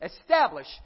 establish